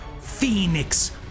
Phoenix